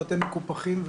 ואתם מקופחים,